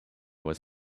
was